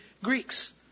Greeks